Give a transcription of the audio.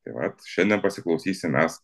tai vat šiandien pasiklausysime mes